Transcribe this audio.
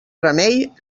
remei